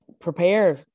prepare